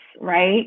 right